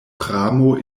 pramo